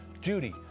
Judy